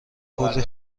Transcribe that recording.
کلی